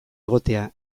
egotea